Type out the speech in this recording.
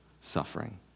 suffering